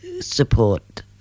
support